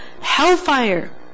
Hellfire